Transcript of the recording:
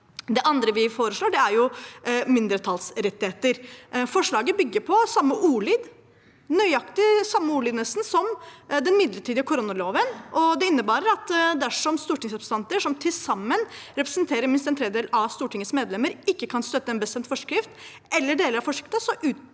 Det andre vi foreslår, er mindretallsrettigheter. Forslaget bygger på nesten nøyaktig samme ordlyd som den midlertidige koronaloven, og det innebærer at dersom stortingsrepresentanter som til sammen representerer minst en tredjedel av Stortingets medlemmer, ikke kan støtte en bestemt forskrift eller deler av forskriften,